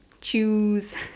choose